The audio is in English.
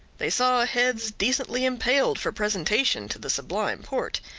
they saw heads decently impaled for presentation to the sublime porte.